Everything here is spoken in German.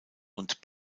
und